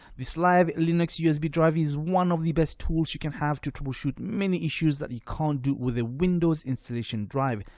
this live linux usb drive is one of the best tools you can have to troubleshoot many issues that you can't do with a windows installation drive,